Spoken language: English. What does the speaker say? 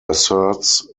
asserts